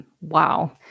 Wow